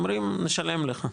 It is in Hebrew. אומרים נשלם לך,